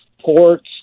ports